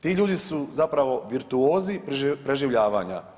Ti ljudi su zapravo virtuozi preživljavanja.